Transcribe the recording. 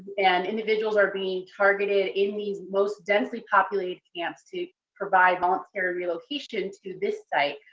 and individuals are being targeted in these most densely populated camps to provide voluntary relocation to this site.